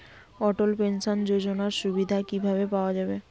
অটল pension যোজনার সুবিধা কি ভাবে পাওয়া যাবে?